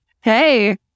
hey